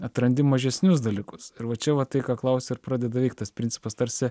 atrandi mažesnius dalykus ir va čia va tai ką klausia pradeda veikti tas principas tarsi